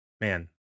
man